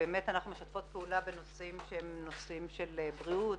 באמת אנחנו משתפות פעולה בנושאים שהם נושאים של בריאות,